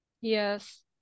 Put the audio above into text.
Yes